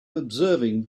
observing